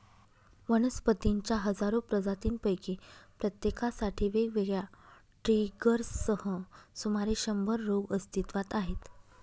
वनस्पतींच्या हजारो प्रजातींपैकी प्रत्येकासाठी वेगवेगळ्या ट्रिगर्ससह सुमारे शंभर रोग अस्तित्वात आहेत